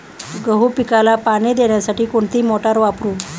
गहू पिकाला पाणी देण्यासाठी कोणती मोटार वापरू?